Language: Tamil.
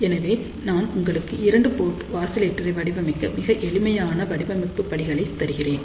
எனவே நான் உங்களுக்கு 2 போர்ட் ஆசிலேட்டரை வடிவமைக்க மிக எளிமையான வடிவமைப்பு படிகளை தருகிறேன்